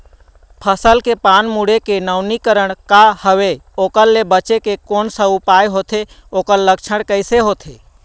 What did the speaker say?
फसल के पान मुड़े के नवीनीकरण का हवे ओकर ले बचे के कोन सा उपाय होथे ओकर लक्षण कैसे होथे?